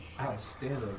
Outstanding